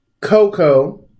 Coco